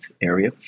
area